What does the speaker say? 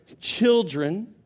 children